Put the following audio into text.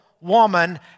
woman